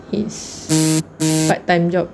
his part time job